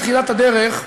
בתחילת הדרך,